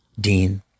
Dean